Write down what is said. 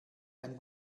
ein